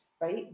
right